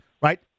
right